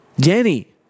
Jenny